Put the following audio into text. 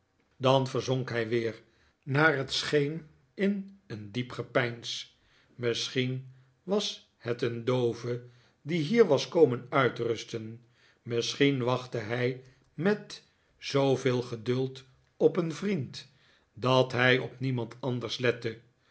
dan verzonk hij weer naar het scheen in een diep gepeins misschien was het een doove die hier was komen uitrusten misschien wachtte hij met zooveel geduld op een vriend dat hij op niemand anders lette